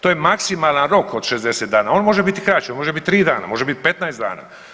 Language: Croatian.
To je maksimalan rok od 60 dana, on može bit kraće, može biti 3 dana, može biti 15 dana.